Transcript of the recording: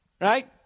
Right